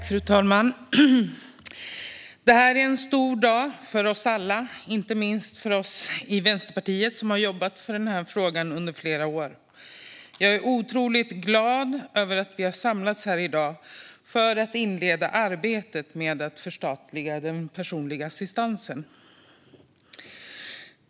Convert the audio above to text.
Fru talman! Det är en stor dag för oss alla, inte minst för oss i Vänsterpartiet som har jobbat för detta i flera år. Jag är otroligt glad över att vi har samlats här i dag för att inleda arbetet med att förstatliga den personliga assistansen.